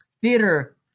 theater